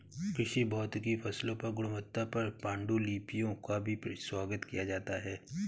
कृषि भौतिकी फसलों की गुणवत्ता पर पाण्डुलिपियों का भी स्वागत किया जाता है